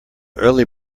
early